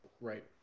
right